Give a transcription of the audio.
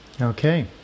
Okay